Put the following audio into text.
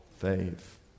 faith